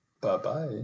Bye-bye